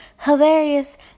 hilarious